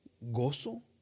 gozo